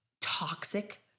toxic